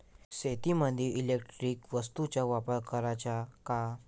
शेतीमंदी इलेक्ट्रॉनिक वस्तूचा वापर कराचा का?